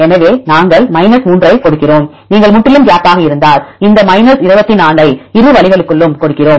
எனவே நாங்கள் 3 ஐக் கொடுக்கிறோம் நீங்கள் முற்றிலும் கேப் பாக இருந்தால் இந்த 24 ஐ இரு வழிகளுக்கும் கொடுக்கிறோம்